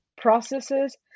processes